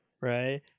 Right